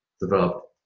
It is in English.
developed